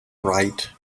write